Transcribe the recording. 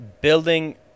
building